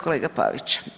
Kolega Pavić.